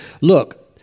Look